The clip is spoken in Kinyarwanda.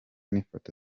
n’ifoto